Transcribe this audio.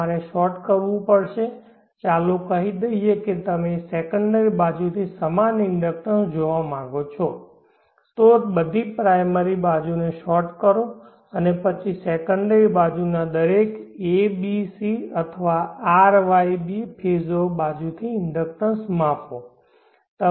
તમારે શોર્ટ કરવું પડશે ચાલો કહી દઈએ કે તમે સેકન્ડરી બાજુથી સમાન ઇન્ડક્ટન્સ જોવા માંગો છો તો બધી પ્રાઈમરી બાજુઓને શોર્ટ કરો અને પછી સેકન્ડરી બાજુના દરેક a b c અથવા R Y B ફેઝો બાજુથી ઇન્ડક્ટન્સ માપો